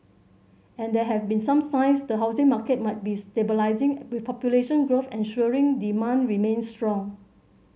and there have been some signs the housing market might be stabilising with population growth ensuring demand remains strong